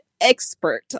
expert